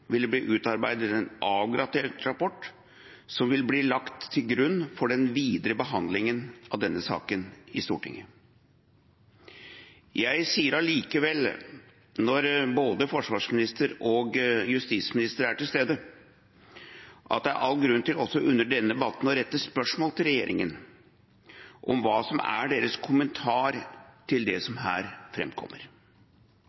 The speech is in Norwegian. vil det bli utarbeidet en avgradert rapport som vil bli lagt til grunn for den videre behandlingen av denne saken i Stortinget. Jeg sier allikevel, når både forsvarsministeren og justisministeren er til stede, at det er all grunn til også under denne debatten å rette spørsmål til regjeringen om hva som er deres kommentar til det som